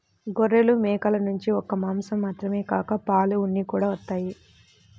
గొర్రెలు, మేకల నుంచి ఒక్క మాసం మాత్రమే కాక పాలు, ఉన్ని కూడా వత్తయ్